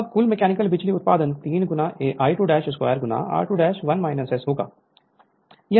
अब कुल मैकेनिकल बिजली उत्पादन 3 I22 r2 1 S होगा यह सब हमने विकसित किया है